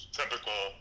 typical